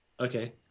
Okay